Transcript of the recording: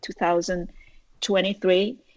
2023